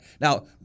Now